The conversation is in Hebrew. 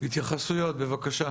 התייחסויות בבקשה.